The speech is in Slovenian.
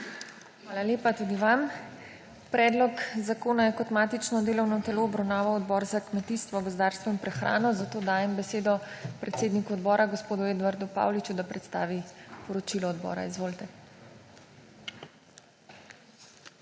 Hvala lepa tudi vam. Predlog zakona je kot matično delovno telo obravnaval Odbor za kmetijstvo, gozdarstvo in prehrano, zato dajem besedo predsedniku odbora gospodu Edvardu Pauliču, da predstavi poročilo odbora. Izvolite.